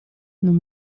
non